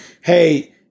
hey